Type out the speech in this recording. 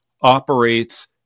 operates